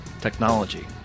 technology